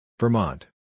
Vermont